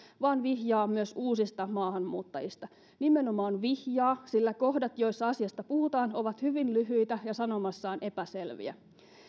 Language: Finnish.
vaan vihjaa myös uusista maahanmuuttajista nimenomaan vihjaa sillä kohdat joissa asiasta puhutaan ovat hyvin lyhyitä ja sanomassaan epäselviä